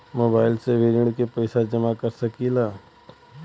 Mobile से भी ऋण के पैसा जमा कर सकी ला?